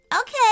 Okay